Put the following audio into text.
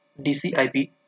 DCIP